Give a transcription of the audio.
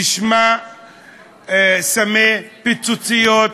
ששמה סמי פיצוציות,